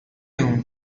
این